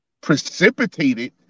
precipitated